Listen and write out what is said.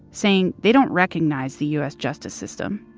saying they don't recognize the u s. justice system.